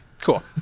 Cool